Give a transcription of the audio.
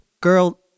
girl